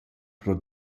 pro